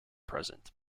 present